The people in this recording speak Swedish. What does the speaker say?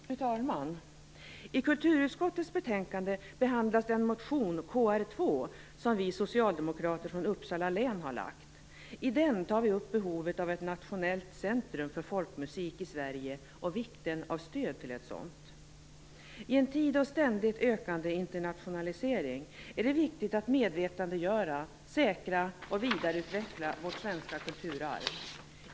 Fru talman! I kulturutskottets betänkande behandlas den motion, Kr2, som vi socialdemokrater från Uppsala län har lagt fram. I den tar vi upp behovet av ett nationellt centrum för folkmusik i Sverige och vikten av stöd till ett sådant. I en tid av ständigt ökande internationalisering är det viktigt att medvetandegöra, säkra och vidareutveckla vårt svenska kulturarv.